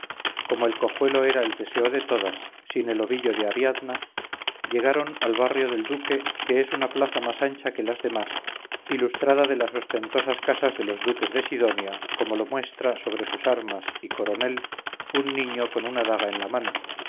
como el cojuelo era el teseo de todas sin el ovillo de ariadna llegaron al barrio del duque que es una plaza más ancha que las demás ilustrada de las ostentosas casas de los duques de sidonia como lo muestra sobre sus armas y coronel un niño con una daga en la mano